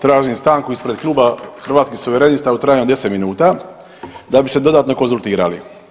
Tražim stanku ispred kluba Hrvatskih suverenista u trajanju od 10 minuta da bi se dodatno konzultirali.